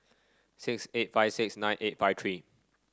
six eight five six nine eight five three